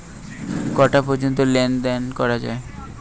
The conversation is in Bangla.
কটা পর্যন্ত লেন দেন করা য়ায়?